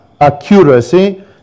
accuracy